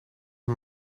een